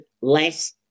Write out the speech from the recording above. less